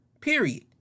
period